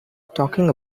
talking